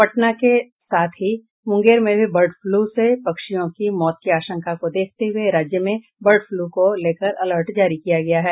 पटना के साथ ही मुंगेर में भी बर्ड फ्लू से पक्षियों के मौत की आशंका को देखते हुए राज्य में बर्ड फ्लू को लेकर अलर्ट जारी किया गया है